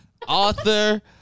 Author